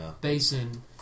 basin